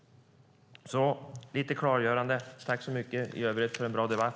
Så, lite klargöranden. Tack så mycket i övrigt för en bra debatt!